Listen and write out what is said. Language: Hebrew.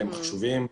והם חשובים,